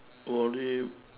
volley